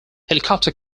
helicopter